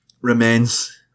remains